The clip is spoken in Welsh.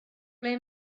ble